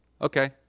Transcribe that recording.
Okay